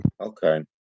Okay